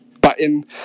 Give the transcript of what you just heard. button